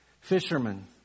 Fishermen